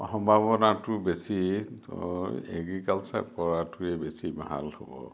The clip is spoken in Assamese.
সম্ভাৱনাটো বেছি তই এগ্ৰিকালচাৰ পঢ়াটোৱে বেছি ভাল হ'ব